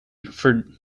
for